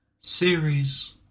series